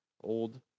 old